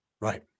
Right